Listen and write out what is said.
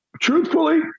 Truthfully